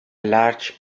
large